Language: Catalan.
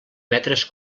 metres